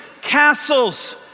castles